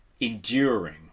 enduring